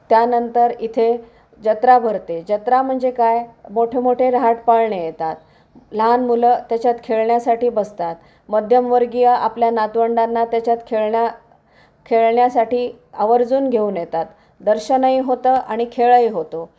त्यानंतर इथे जत्रा भरते जत्रा म्हणजे काय मोठेमोठे रहाटपाळणे येतात लहान मुलं त्याच्यात खेळण्यासाठी बसतात मध्यमवर्गीय आपल्या नातवंडांना त्याच्यात खेळण्या खेळण्यासाठी आवर्जून घेऊन येतात दर्शनही होतं आणि खेळही होतो